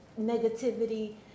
negativity